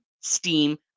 STEAM